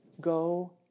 Go